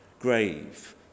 grave